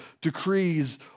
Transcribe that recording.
decrees